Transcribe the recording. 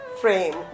frame